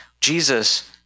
Jesus